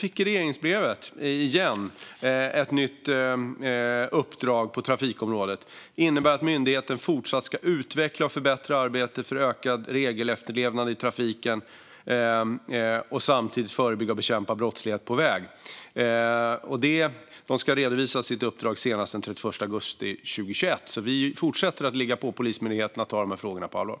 I regleringsbrevet fick polisen igen ett nytt uppdrag på trafikområdet: "Polismyndigheten ska fortsatt utveckla och förbättra arbetet för ökad regelefterlevnad i trafiken och samtidigt förebygga och bekämpa brottslighet på väg." De ska redovisa sitt uppdrag senast den 31 augusti 2021. Vi fortsätter alltså att ligga på Polismyndigheten vad gäller att ta de här frågorna på allvar.